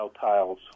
tiles